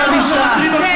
שלוש שנים אתה כבר נמצא.